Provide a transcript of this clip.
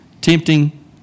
tempting